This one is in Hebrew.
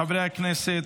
חברי הכנסת,